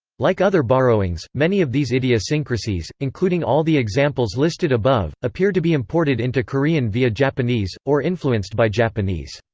like other borrowings, many of these idiosyncrasies, including all the examples listed above, appear to be imported into korean via japanese, or influenced by japanese.